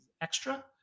extra